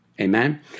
Amen